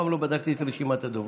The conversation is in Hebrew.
אף פעם לא בדקתי את רשימת הדוברים.